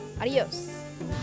Adios